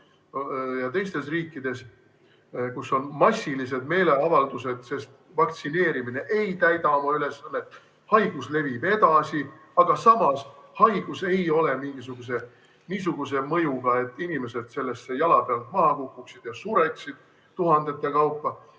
ja teistes riikides. Seal on massilised meeleavaldused, sest vaktsineerimine ei täida oma ülesannet, haigus levib edasi, aga samas see haigus ei ole mingisuguse niisuguse mõjuga, et inimesed selle pärast jalapealt maha kukuksid ja sureksid tuhandete kaupa.